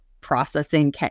processing